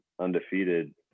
undefeated